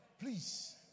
Please